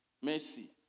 Mercy